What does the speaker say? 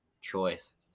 choice